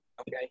Okay